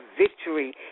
victory